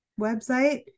website